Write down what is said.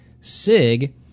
SIG